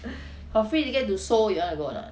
got free ticket to seoul you wanna go or not